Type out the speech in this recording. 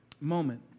moment